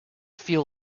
feel